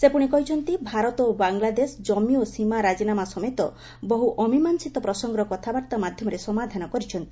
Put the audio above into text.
ସେ ପୁଣି କହିଛନ୍ତି ଭାରତ ଓ ବାଂଲାଦେଶ ଜମି ଓ ସୀମା ରାଜିନାମା ସମେତ ବହୁ ଅମୀମାଂସିତ ପ୍ରସଙ୍ଗର କଥାବାର୍ତ୍ତା ମାଧ୍ୟମରେ ସମାଧାନ କରିଛନ୍ତି